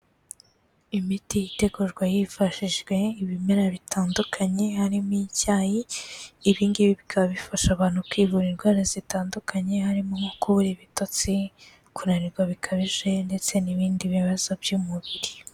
Imiti itegurwa hifashishijwe ibimera bitandukanye harimo icyayi, ibingi bikaba bifasha abantu kwivura indwara zitandukanye, harimo nko kubura ibitotsi, kunanirwa bikabije ndetse n'ibindi bibazo by'umubiri.